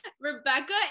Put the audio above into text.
Rebecca